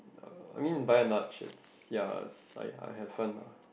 uh I mean by and large it's ya it's like I had fun lah